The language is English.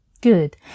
Good